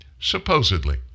supposedly